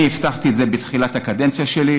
אני הבטחתי את זה בתחילת הקדנציה שלי,